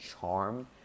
charm